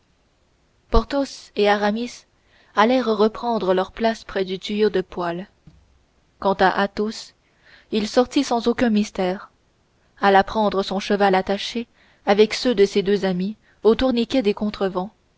sangfroid porthos et aramis allèrent reprendre leur place près du tuyau de poêle quant à athos il sortit sans aucun mystère alla prendre son cheval attaché avec ceux de ses deux amis aux tourniquets des contrevents